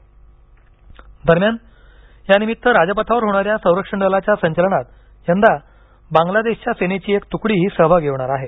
बांग्लादेश दरम्यान या निमित्त राजपथावर होणाऱ्या संरक्षण दलांच्या संचालनात यंदा बांग्लादेशच्या सेनेची एक तुकडीही सहभागी होणार आहे